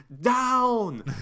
down